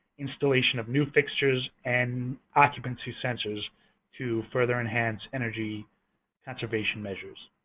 installation of new fixtures, and occupancy sensors to further enhance energy conservation measures.